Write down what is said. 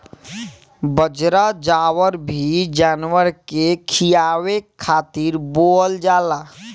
बजरा, जवार भी जानवर के खियावे खातिर बोअल जाला